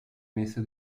messe